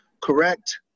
correct